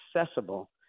accessible